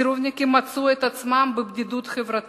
הסירובניקים מצאו את עצמם בבדידות חברתית: